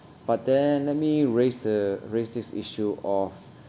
but then let me raise the raise this issue of